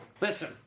listen